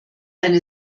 eine